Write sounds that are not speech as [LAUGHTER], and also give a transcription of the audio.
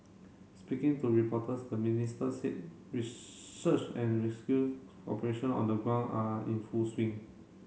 speaking to reporters the Minister said [UNINTELLIGIBLE] search and rescues operation on the ground are in full swing